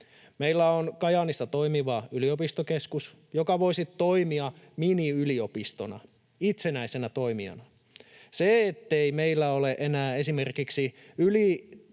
Meillä on Kajaanissa toimiva yliopistokeskus, joka voisi toimia miniyliopistona, itsenäisenä toimijana. Se, ettei meillä ole enää esimerkiksi